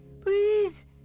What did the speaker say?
Please